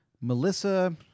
Melissa